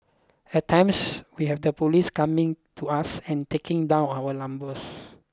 at times we have the police coming to us and taking down our numbers